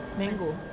mango